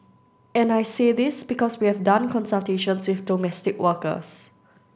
and I say this because we have done consultations with domestic workers